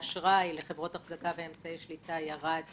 האשראי לחברות אחזקה ואמצעי השליטה ירד בכ-65%,